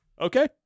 Okay